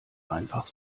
einfach